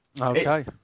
okay